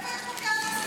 איפה יש פה כהניסטים?